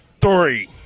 three